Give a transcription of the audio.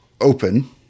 open